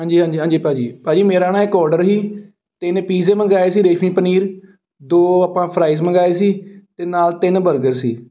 ਹਾਂਜੀ ਹਾਂਜੀ ਹਾਂਜੀ ਭਾਅ ਜੀ ਮੇਰਾ ਨਾ ਇੱਕ ਆਰਡਰ ਹੀ ਤਿੰਨ ਪੀਜ਼ੇ ਮੰਗਵਾਏ ਸੀ ਰੇਸ਼ਮੀ ਪਨੀਰ ਦੋ ਆਪਾਂ ਫਰਾਈਜ਼ ਮੰਗਵਾਏ ਸੀ ਅਤੇ ਨਾਲ ਤਿੰਨ ਬਰਗਰ ਸੀ